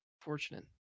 fortunate